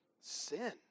Sin